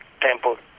tempo